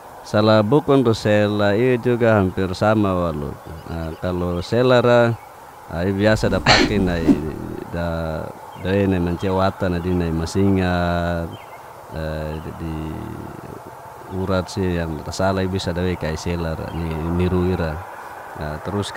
Sala bukun tu sela i juga ampir sama waluk, a kalo sela ra a biasa dapaki nai da dawei nai mancia watan adinai masingat, e di urat si yang tasala i bisa dawei kai sela ra ni ni ru ira. a tarus